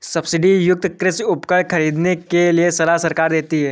subsidy युक्त कृषि उपकरण खरीदने के लिए सलाह सरकार देती है